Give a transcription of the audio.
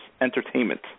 entertainment